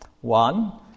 One